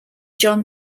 john